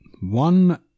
One